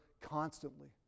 constantly